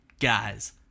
guys